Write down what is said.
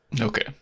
Okay